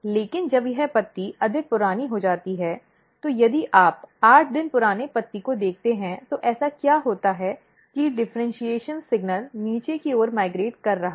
लेकिन जब यह पत्ती अधिक पुरानी हो जाती है तो यदि आप 8 दिन पुराने पत्ते को देखते हैं तो ऐसा क्या होता है कि डिफ़र्इन्शीएशन संकेत नीचे की ओर माइग्रेट कर रहा है